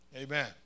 Amen